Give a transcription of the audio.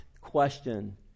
question